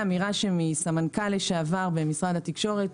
זו אמירה של סמנכ"ל לשעבר במשרד התקשורת